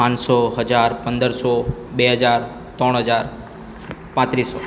પાંચસો હજાર પંદરસો બે હજાર ત્રણ હજાર પાંત્રીસો